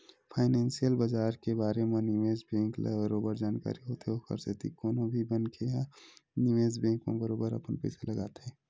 financial बजार के बारे म निवेस बेंक ल बरोबर जानकारी होथे ओखर सेती कोनो भी मनखे ह निवेस बेंक म बरोबर अपन पइसा लगाथे